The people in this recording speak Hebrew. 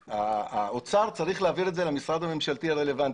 האוצר צריך להעביר את זה למשרד הממשלתי הרלוונטי.